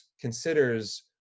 considers